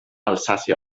alsàcia